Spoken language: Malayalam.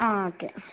ആ ഓക്കെ